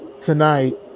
tonight